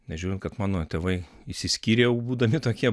nežiūrint kad mano tėvai išsiskyrė jau būdami tokie